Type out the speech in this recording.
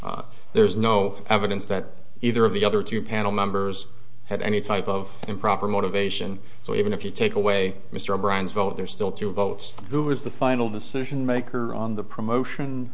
there's no evidence that either of the other two panel members had any type of improper motivation so even if you take away mr brown's vote they're still two votes who was the final decision maker on the promotion